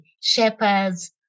shepherds